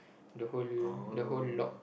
the whole the whole log